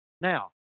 Now